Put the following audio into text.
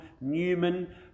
Newman